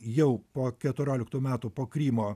jau po keturioliktų metų po krymo